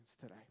today